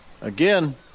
Again